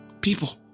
People